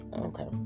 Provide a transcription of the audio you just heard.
okay